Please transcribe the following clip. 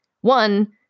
one